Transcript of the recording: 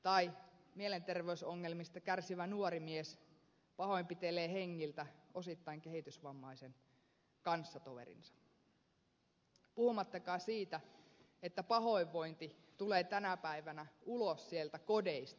tai mielenterveysongelmista kärsivä nuori mies pahoinpitelee hengiltä osittain kehitysvammaisen kanssatoverinsa puhumattakaan siitä että pahoinvointi tulee tänä päivänä ulos sieltä kodeista